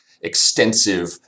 extensive